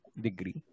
degree